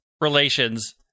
Relations